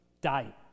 die